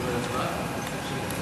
להעביר את הנושא לוועדת הכספים נתקבלה.